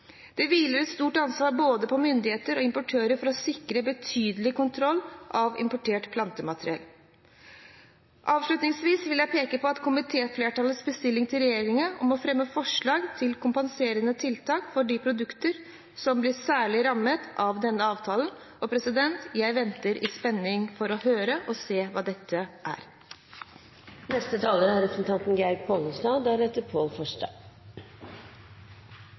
Det hviler et stort ansvar på både myndigheter og importører for å sikre betydelig kontroll av importert plantemateriale. Avslutningsvis vil jeg peke på komitéflertallets bestilling til regjeringen om å fremme forslag til kompenserende tiltak for de produktene som blir særlig rammet av denne avtalen. Jeg venter i spenning på å se og høre hva dette